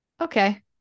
okay